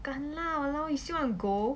不敢啦 !walao! you still want to go